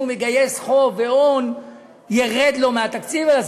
הוא מגייס חוב והון ירד לו מהתקציב,